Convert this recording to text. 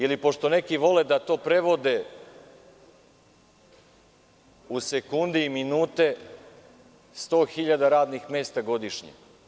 Ili, pošto neki vole da to prevode u sekunde i minute 100.000 radnih mesta godišnje.